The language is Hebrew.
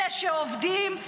אלה שעובדים,